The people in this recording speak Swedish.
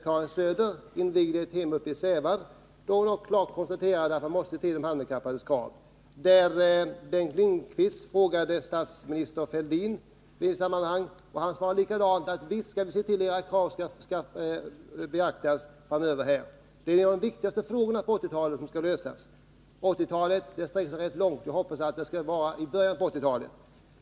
Karin Söder invigde ett hem uppe i Sävar, och då konstaterade hon klart att man måste se till de handikappades krav. Bengt Lindkvist frågade statsminister Fälldin om detta i ett sammanhang, och han svarade likadant: Visst skall vi se till att deras krav beaktas framöver. Det är en av de viktigaste frågorna under 1980-talet som skall lösas. 1980-talet sträcker sig rätt långt, och jag hoppas att detta skall ske i början av 1980-talet.